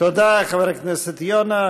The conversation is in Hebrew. תודה, חבר הכנסת יונה.